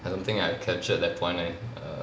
I don't think I've captured that point leh err